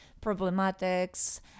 problematics